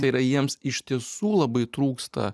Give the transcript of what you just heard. tai yra jiems iš tiesų labai trūksta